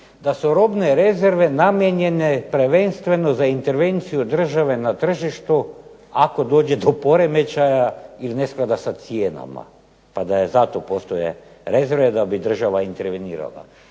da su robne rezerve namijenjene prvenstveno za intervenciju države na tržištu ako dođe do poremećaja ili nesklada sa cijenama pa da zato postoje rezerve da država intervenira.